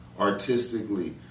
artistically